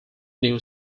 new